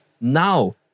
now